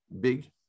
big